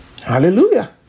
Hallelujah